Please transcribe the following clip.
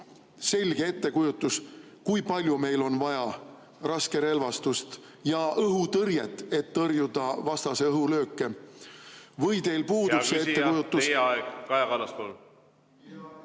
selge ettekujutus, kui palju meil on vaja raskerelvastust ja õhutõrjet, et tõrjuda vastase õhulööke? Või teil puudub see ettekujutus?